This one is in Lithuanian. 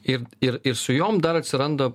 ir ir ir su jom dar atsiranda